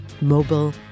mobile